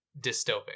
dystopic